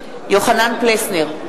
נגד יוחנן פלסנר,